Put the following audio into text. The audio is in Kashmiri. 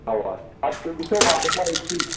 اَوا اَدٕ تُہۍ ییٖتو وارٕ کارٕ أتھی